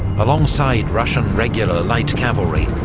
alongside russian regular light cavalry,